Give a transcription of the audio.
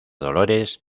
dolores